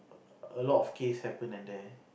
a lot of case happen at there